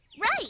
right